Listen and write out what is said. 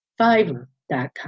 fiverr.com